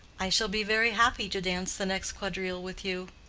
i shall be very happy to dance the next quadrille with you.